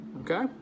Okay